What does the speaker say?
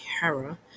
Hera